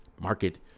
market